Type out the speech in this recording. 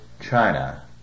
China